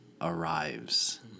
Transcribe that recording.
arrives